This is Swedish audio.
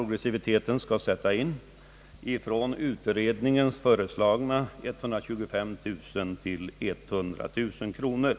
Finansministern sänker denna gräns från av utredningen föreslagna 125000 till 100 000 kronor.